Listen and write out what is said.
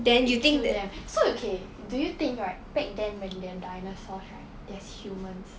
you kill them so okay do you think right back then when there are dinosaurs right there's humans